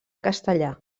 castellar